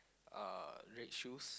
uh red shoes